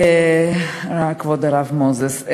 כבוד הרב מוזס,